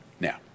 Now